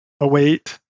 await